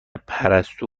پرستو